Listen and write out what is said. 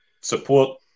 support